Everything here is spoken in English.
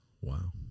Wow